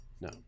No